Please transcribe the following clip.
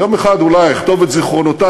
יום אחד אולי אכתוב את זיכרונותי